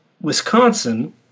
Wisconsin